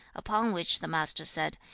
upon which the master said,